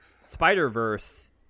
spider-verse